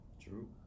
True